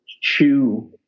chew